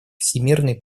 всемирной